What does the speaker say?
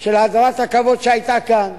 של הדרת הכבוד שהיתה כאן,